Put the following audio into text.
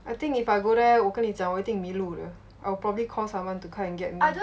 I think if I go there 我跟你讲我一定迷路的 I'll probably call someone to come and get me